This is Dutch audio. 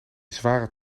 zware